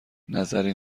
نظری